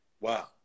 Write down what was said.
Wow